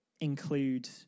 include